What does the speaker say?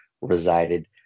resided